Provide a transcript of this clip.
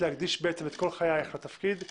להקדיש בעצם את כל חייך לתפקיד --- לנושא,